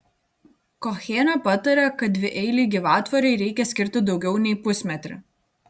kochienė patarė kad dvieilei gyvatvorei reikia skirti daugiau nei pusmetrį